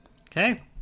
okay